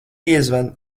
piezvani